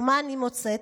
מה אני מוצאת?